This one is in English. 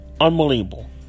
Unbelievable